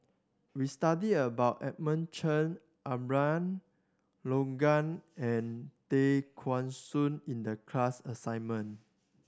we studied about Edmund Cheng Abraham Logan and Tay Kheng Soon in the class assignment